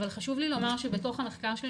אבל חשוב לי לומר שבתוך המחקר שלי